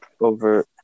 over